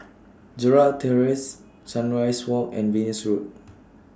Gerald Terrace Sunrise Walk and Venus Road